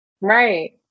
Right